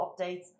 updates